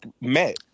met